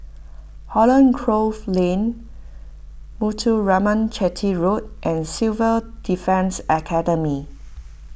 Holland Grove Lane Muthuraman Chetty Road and Civil Defence Academy